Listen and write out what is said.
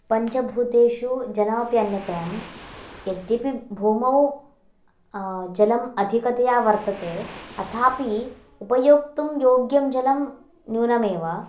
पञ्चभूतेषु जलमपि अन्यतमम् यद्यपि भूमौ जलम् अधिकतया वर्तते अथापि उपयोक्तुं योग्यं जलं न्यूनमेव